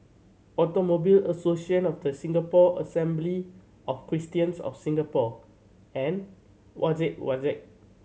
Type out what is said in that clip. Automobile Association of The Singapore Assembly of Christians of Singapore and Wajek Wajek